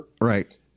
Right